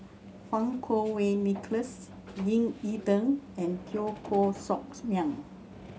Fang Kuo Wei Nicholas Ying E Ding and Teo Koh Socks Miang